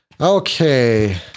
Okay